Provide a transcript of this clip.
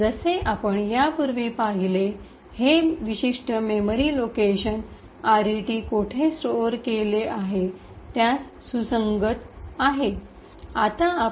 जसे आपण यापूर्वी पाहिले हे विशिष्ट मेमरी लोकेशन आरईटी कोठे स्टोअर केले आहे त्यास सुसंगत कॉरस्पोंड - corresponds आहे